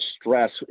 stress